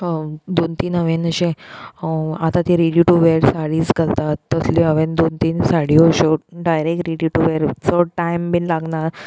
दोन तीन हांवें अशे आतां ती रेडी टू वेअर सारीज घालतात तसल्यो हांवें तीन साडयो अश्यो डायरेक्ट रेडी टू वेअर चड टायम बीन लागना